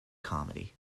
comedy